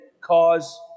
cause